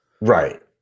Right